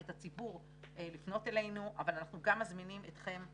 את הציבור לפנות אלינו אבל אנחנו גם מזמינים אתכם,